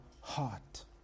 heart